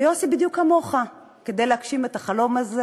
ויוסי, בדיוק כמוך, כדי להגשים את החלום הזה